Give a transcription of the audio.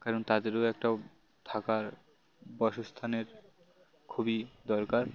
কারণ তাদেরও একটা থাকার বাসস্থানের খুবই দরকার